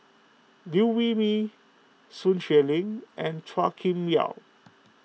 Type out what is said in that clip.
Liew Wee Mee Sun Xueling and Chua Kim Yeow